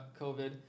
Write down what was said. COVID